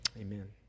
amen